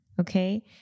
Okay